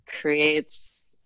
creates